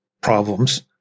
problems